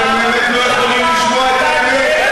אתם באמת לא יכולים לשמוע את האמת.